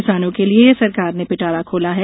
किसानों के लिये सरकार ने पिटारा खोला है